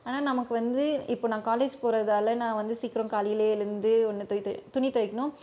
ஆனால் நமக்கு வந்து இப்போ நான் காலேஜ் போகிறதால நான் வந்து சீக்கிரம் காலையில் எழுந்து ஒன்று துணி துவைக்கிணும்